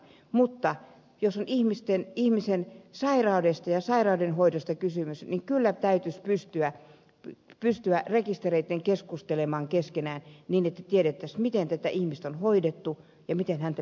mutta jos on ihmisen sairaudesta ja sairauden hoidosta kysymys niin kyllä täytyisi pystyä rekistereitten keskustelemaan keskenään niin että tiedettäisiin miten tätä ihmistä on hoidettu ja miten häntä pitäisi hoitaa